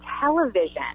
television